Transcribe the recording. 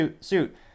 suit